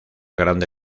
grande